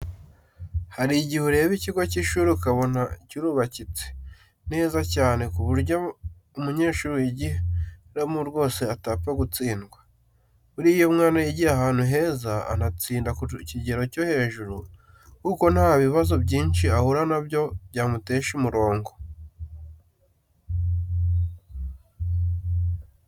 Hari igihe ureba ikigo cy'ishuri ukabona kirubakitse neza cyane ku buryo umunyeshuri wigiramo rwose atapfa gutsindwa. Buriya iyo umwana yigiye ahantu heza, anatsinda ku kigero cyo hejuru kuko nta bibazo byinshi ahura na byo byamutesha umurongo.